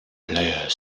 player